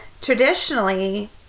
traditionally